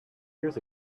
years